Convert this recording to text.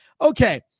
Okay